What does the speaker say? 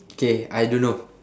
K I don't know